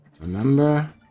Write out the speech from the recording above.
Remember